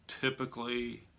typically